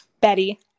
betty